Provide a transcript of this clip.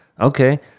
Okay